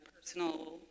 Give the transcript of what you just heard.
personal